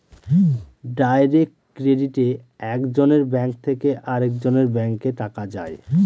direct ক্রেডিটে এক জনের ব্যাঙ্ক থেকে আরেকজনের ব্যাঙ্কে টাকা যায়